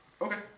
Okay